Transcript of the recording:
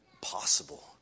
possible